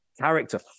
character